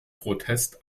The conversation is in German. protest